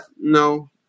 No